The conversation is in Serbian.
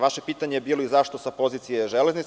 Vaše pitanje je bilo i – zašto sa pozicije „Železnica“